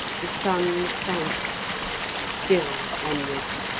the sun sank still onward